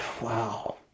Wow